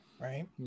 right